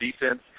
defense